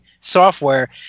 software